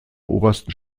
obersten